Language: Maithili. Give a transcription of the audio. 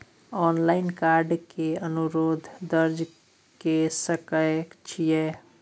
ऑनलाइन कार्ड के अनुरोध दर्ज के सकै छियै?